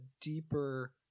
deeper